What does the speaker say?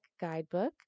guidebook